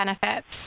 benefits